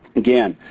again,